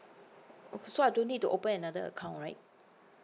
so I don't need to open another account right